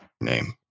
name